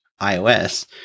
iOS